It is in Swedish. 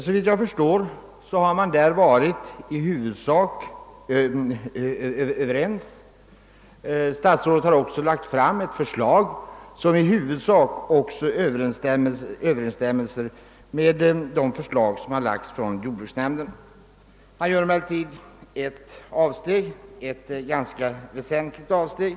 Såvitt jag förstår har man där i huvudsak varit överens. Statsrådet har också lagt fram ett förslag som i stort sett överensstämmer med jordbruksnämndens förslag. Han gör emellertid ett ganska väsentligt avsteg.